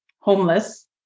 homeless